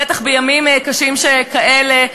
בטח בימים קשים שכאלה,